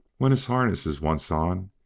when his harness is once on,